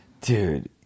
dude